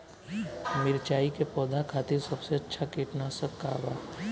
मिरचाई के पौधा खातिर सबसे अच्छा कीटनाशक का बा?